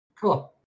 Cool